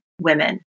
women